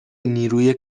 نیروی